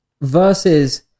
versus